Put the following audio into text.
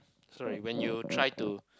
sorry when you try to